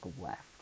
left